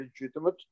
legitimate